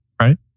Right